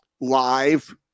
live